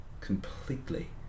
completely